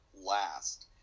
last